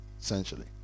essentially